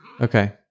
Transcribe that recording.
Okay